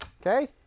Okay